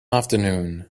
afternoon